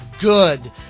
good